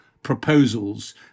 proposals